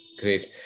Great